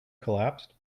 collapsed